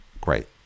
Great